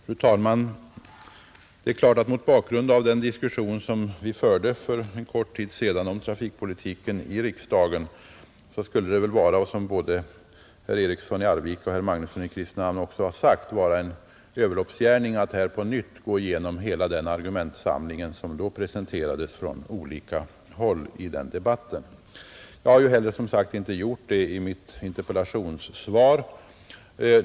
Fru talman! Mot bakgrund av den diskussion om trafikpolitiken som vi förde här i riksdagen för kort tid sedan skulle det väl vara en överloppsgärning att nu på nytt gå igenom hela den argumentsamling som då presenterades från olika håll. Detta har också både herr Eriksson i Arvika och herr Magnusson i Kristinehamn framhållit. Jag har heller inte gjort det i mitt interpellationssvar.